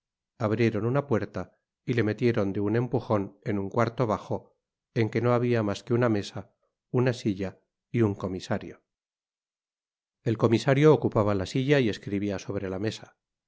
abrieron una puerta y le metieron de un empujon en un cuarto bajo en que no habia mas que una mesa una silla y un comisario el comisario ocupaba la silla y escribia sobre la mesa